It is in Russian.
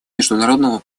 международному